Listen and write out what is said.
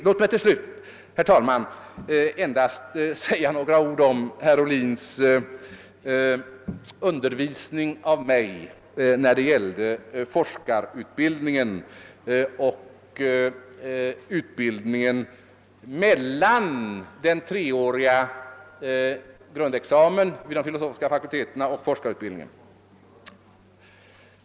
Låt mig slutligen, herr talman, endast säga några ord om herr Ohlins undervisning av mig när det gäller forskarutbildningen och utbildningen mellan den treåriga grundexamen vid de filosofiska fakulteterna och forskarutbildningen.